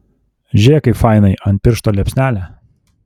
žiūrėk kaip fainai ant piršto liepsnelė